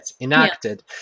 enacted